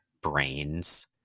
brains